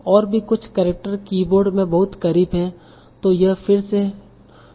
और भी कुछ केरेक्टर कीबोर्ड में बहुत करीब हैं तो यह फिर से त्रुटियों का एक और स्रोत है